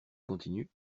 continues